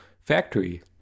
factory